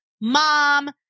mom